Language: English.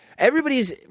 Everybody's –